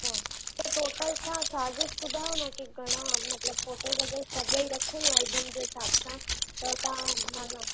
अछा त टोटल तां चार्जिस ॿुधायो न की घणा मतिलबु अगरि सभई रखूं एलबम जे हिसाब सां त तव्हां माना